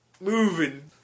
moving